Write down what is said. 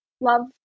love